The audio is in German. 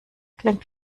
klingt